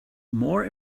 more